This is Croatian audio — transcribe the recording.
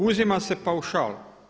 Uzima se paušal.